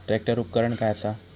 Tractor उपकरण काय असा?